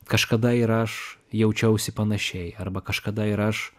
kažkada ir aš jaučiausi panašiai arba kažkada ir aš